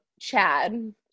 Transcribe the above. Chad